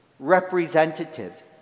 representatives